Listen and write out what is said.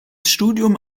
studium